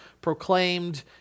proclaimed